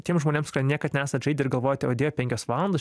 tiems žmonėms kad niekad nesat žaidę ir galvojate o dieve penkios valandos